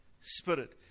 Spirit